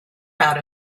out